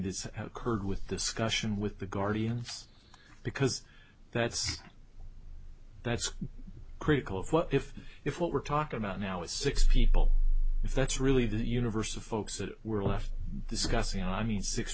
that's occurred with discussion with the guardians because that's that's critical of what if if what we're talking about now is six people that's really the universe of folks that were left discussing i mean six